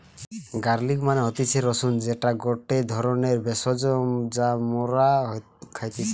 garlic মানে হতিছে রসুন যেটা গটে ধরণের ভেষজ যা মরা খাইতেছি